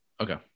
Okay